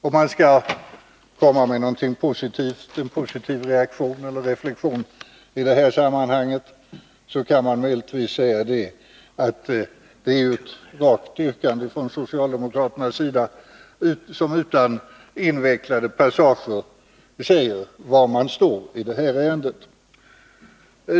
Om man skall komma med någon positiv reaktion eller reflexion i detta sammanhang, kan man möjligtvis säga att det är ett rakt yrkande från socialdemokraternas sida, som utan invecklade passager säger var de står i det här ärendet.